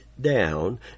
down